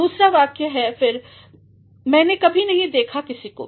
दूसरा वाक्य है फिर मैने कभी नहीं देखा किसी को भी